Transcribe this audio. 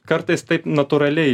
kartais taip natūraliai